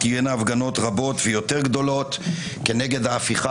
תהיינה הפגנות רבות ויותר גדולות כנגד ההפיכה